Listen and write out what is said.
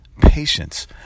patience